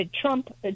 Trump